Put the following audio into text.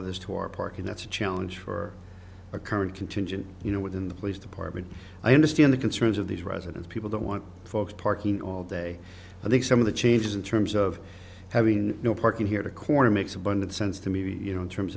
of this to our park and that's a challenge for a current contingent you know within the police department i understand the concerns of these resident people don't want folks parking all day i think some of the changes in terms of having no parking here to corner makes abundant sense to me you know in terms